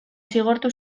zigortu